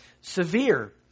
severe